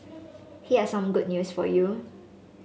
here's some good news for you